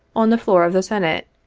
on the floor of the senate,